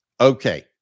Okay